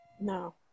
No